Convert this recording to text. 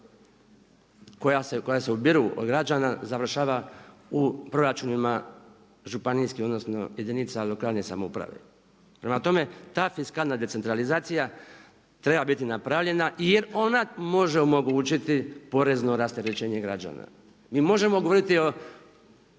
koja se ubiru od građana završava u proračunima županijskim odnosno jedinica lokalne samouprave. Prema tome, ta fiskalna decentralizacija treba biti napravljena jer ona može omogućiti porezno rasterećenje građana. Mi možemo govoriti o